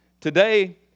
Today